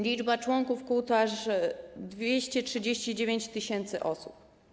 Liczba członków kół to aż 239 tys. osób.